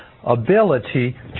Ability